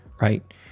right